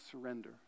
surrender